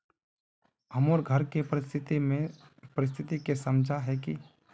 हमर घर के परिस्थिति के समझता है की?